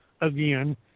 again